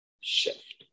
shift